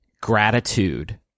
gratitude